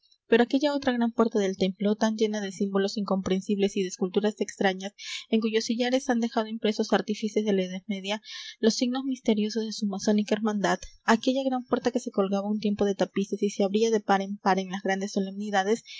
pero aquella otra gran puerta del templo tan llena de símbolos incomprensibles y de esculturas extrañas en cuyos sillares han dejado impresos artífices de la edad media los signos misteriosos de su masónica hermandad aquella gran puerta que se colgaba un tiempo de tapices y se abría de par en par en las grandes solemnidades